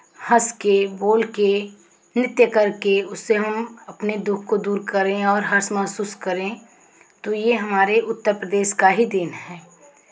हँस के बोल के नृत्य करके उससे हम अपने दुःख को दूर करें और हर्ष महसूस करें तो ये हमारे उत्तर प्रदेश का ही देन है